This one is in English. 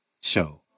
Show